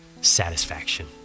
satisfaction